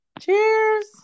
Cheers